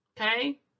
Okay